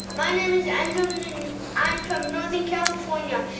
my name is andrew. and i'm from northern california.